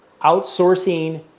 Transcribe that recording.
outsourcing